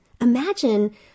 Imagine